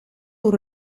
door